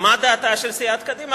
מה דעתה של סיעת קדימה.